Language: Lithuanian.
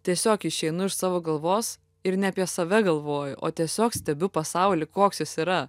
tiesiog išeinu iš savo galvos ir ne apie save galvoju o tiesiog stebiu pasaulį koks jis yra